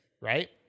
right